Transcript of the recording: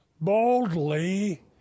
boldly